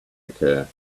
occur